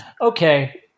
Okay